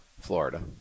Florida